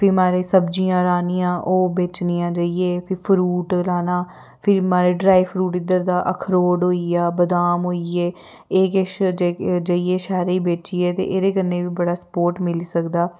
फ्ही महाराज सब्जियां लानियां ओह् बेचनियां जाइयै फ्ही फरूट लाना फ्ही महाराज ड्राई फरूट इद्धर दा अखरोट होई गेआ बदाम होई गे एह् किश जाइयै शैह्रे बेचियै ते एह्दे कन्नै बी बड़ा सपोर्ट मिली सकदा